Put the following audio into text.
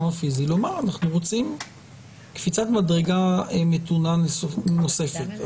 הפיזי לומר שאנחנו רוצים קפיצת מדרגה מתונה נוספת.